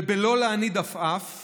ובלא להניד עפעף